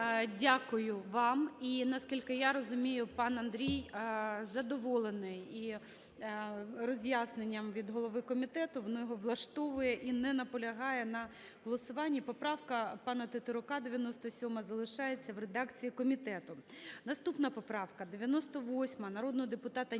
Дякую вам. І наскільки я розумію, пан Андрій задоволений і роз'ясненням від голови комітету, воно влаштовує, і не наполягає на голосуванні. Поправка пана Тетерука 97-а залишається в редакції комітету. Наступна поправка 98 народного депутата Німченка